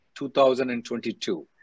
2022